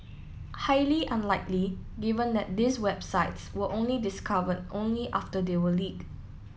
highly unlikely given that these websites were only discovered only after they were leaked